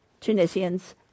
Tunisians